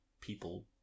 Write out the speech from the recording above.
people